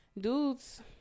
dudes